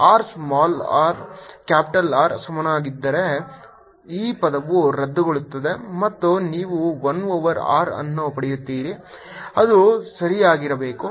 r small r capital R ಸಮನಾಗಿದ್ದರೆ ಈ ಪದವು ರದ್ದುಗೊಳ್ಳುತ್ತದೆ ಮತ್ತು ನೀವು 1 ಓವರ್ r ಅನ್ನು ಪಡೆಯುತ್ತೀರಿ ಅದು ಸರಿಯಾಗಿರಬೇಕು